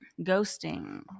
Ghosting